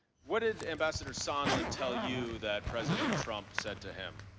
what did ambassador sondland tell you that president trump said to him?